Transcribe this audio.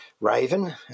raven